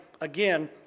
again